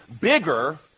bigger